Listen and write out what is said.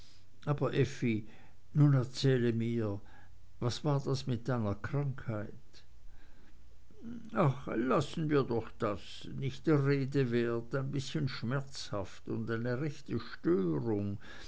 aber effi nun erzähle mir was war das mit deiner krankheit ach lassen wir doch das nicht der rede wert ein bißchen schmerzhaft und eine rechte störung